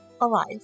alive